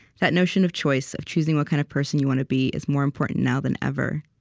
that notion of choice of choosing what kind of person you want to be is more important now than ever.